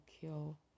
kill